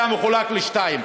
שהיה מחולק לשניים.